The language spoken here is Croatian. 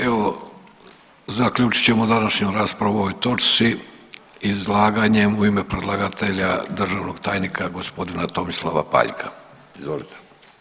Evo zaključit ćemo današnju raspravu o ovoj točci izlaganjem u ime predlagatelja državnog tajnika g. Tomislava Paljka, izvolite.